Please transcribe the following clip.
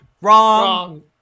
wrong